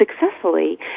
successfully